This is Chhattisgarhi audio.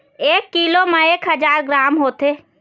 एक कीलो म एक हजार ग्राम होथे